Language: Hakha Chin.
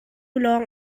lawng